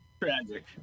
Tragic